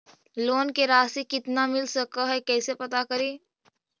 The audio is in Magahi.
लोन के रासि कितना मिल सक है कैसे पता करी?